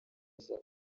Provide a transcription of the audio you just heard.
aza